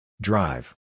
Drive